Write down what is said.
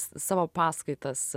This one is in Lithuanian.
savo paskaitas